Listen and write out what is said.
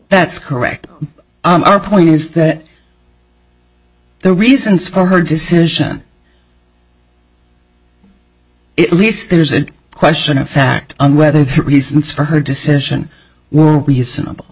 that's correct our point is that the reasons for her decision it least there's a question of fact and whether the reasons for her decision were reasonable